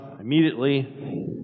immediately